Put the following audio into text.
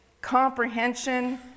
Comprehension